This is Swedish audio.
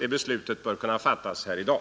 Det beslutet bör kunna fattas här i dag.